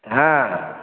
ହଁ